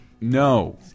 No